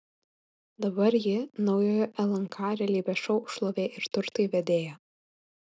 dabar ji naujojo lnk realybės šou šlovė ir turtai vedėja